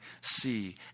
see